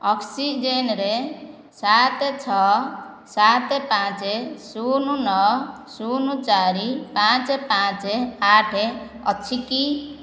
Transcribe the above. oxygen ରେ ସାତ ଛଅ ସାତ ପାଞ୍ଚ ଶୂନ ନଅ ଶୂନ ଚାରି ପାଞ୍ଚ ପାଞ୍ଚ ଆଠ ଅଛି କି